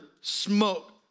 smoke